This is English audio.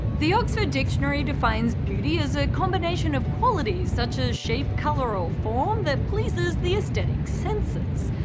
the oxford dictionary defines beauty as a combination of qualities, such as shape, colour, or form, that pleases the aesthetic senses.